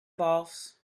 boss